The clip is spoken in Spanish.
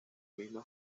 misma